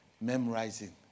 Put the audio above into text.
memorizing